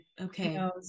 okay